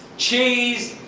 cheese.